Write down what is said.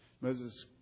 Moses